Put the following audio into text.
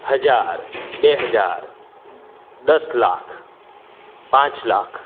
હજાર બે હજાર દસ લાખ પાંચ લાખ